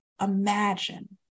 imagine